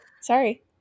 Sorry